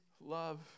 love